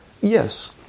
Yes